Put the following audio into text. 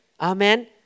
Amen